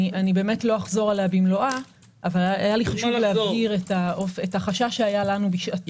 לא אחזור עליה במלואה אבל היה חשוב לי להבהיר את החשש שהיה לנו בשעתו.